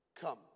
come